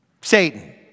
Satan